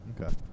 Okay